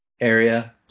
area